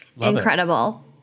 Incredible